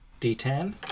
D10